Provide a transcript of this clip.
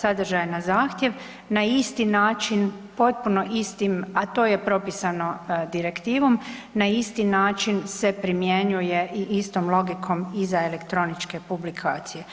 sadržaj na zahtjev na isti način potpuno istim, a to je propisano direktivom, na isti način se primjenjuje i istom logikom i za elektroničke publikacije.